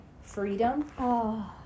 freedom